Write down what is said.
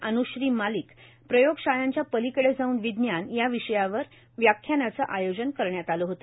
अन्श्री मालिक प्रयोगशाळांच्या पलिकडे जाऊन विज्ञान या विषयावर व्याख्यानाच आयोजन करण्यात आल होत